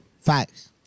Facts